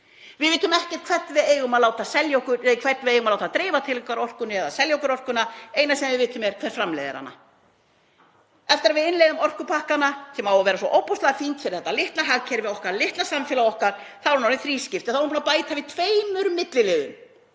Við vitum ekkert hvern við eigum að láta dreifa til okkar orkunni eða selja okkur orkuna. Eina sem við vitum er hver framleiðir hana. Eftir að við innleiðum orkupakkana, sem á að vera svo ofboðslega fínt fyrir þetta litla hagkerfi okkar, litla samfélag okkar, þá er það orðið þrískipt. Þá er búið að bæta við tveimur milliliðum.